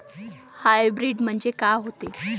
Hybrid म्हनजे का होते?